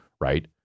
right